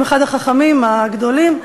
עם אחד החכמים הגדולים,